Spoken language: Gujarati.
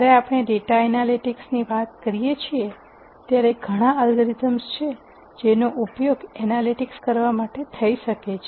જ્યારે આપણે ડેટા એનાલિટિક્સ વિશે વાત કરીએ છીએ ત્યાં ઘણા અલ્ગોરિધમ્સ છે જેનો ઉપયોગ એનાલિટિક્સ કરવા માટે થઈ શકે છે